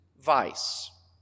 vice